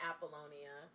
Apollonia